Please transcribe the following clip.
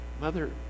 mother